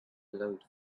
glowed